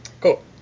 Cool